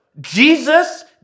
Jesus